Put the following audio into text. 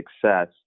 success